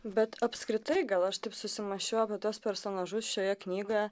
bet apskritai gal aš taip susimąsčiau apie tuos personažus šioje knygoje